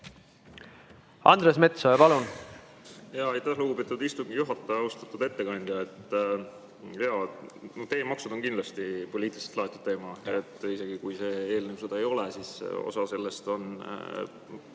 Andres Metsoja, palun!